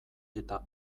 eta